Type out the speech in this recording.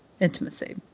intimacy